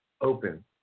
open